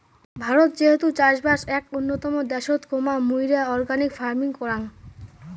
ভারত যেহেতু চাষবাস এক উন্নতম দ্যাশোত, মুইরা অর্গানিক ফার্মিং করাং